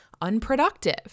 unproductive